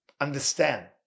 understand